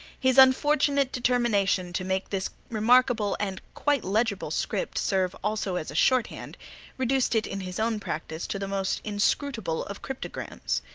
his unfortunate determination to make this remarkable and quite legible script serve also as a shorthand reduced it in his own practice to the most inscrutable of cryptograms.